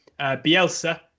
Bielsa